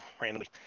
randomly